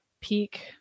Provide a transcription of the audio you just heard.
peak